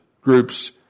groups